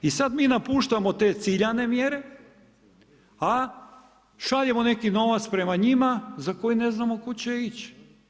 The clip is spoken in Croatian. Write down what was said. I sad mi napuštamo te ciljane mjere, a šaljemo neki novac prema njima za koje ne znamo kuda će ići.